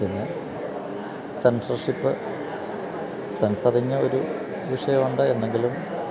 പിന്നെ censorship censoring ഒരു വിഷയമുണ്ട് എന്തെങ്കിലും